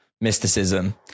mysticism